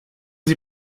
sie